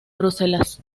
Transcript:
bruselas